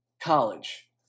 college